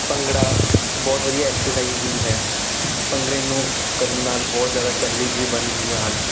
ਭੰਗੜਾ ਇੱਕ ਬਹੁਤ ਵਧੀਆ ਐਕਸਰਸਾਈਜ਼ ਵੀ ਹੈ ਭੰਗੜੇ ਨੂੰ ਕਰਨ ਨਾਲ ਬਹੁਤ ਜ਼ਿਆਦਾ ਕੈਲਰੀਜ ਵੀ ਬਰਨ ਹੁੰਦੀਆਂ ਹਨ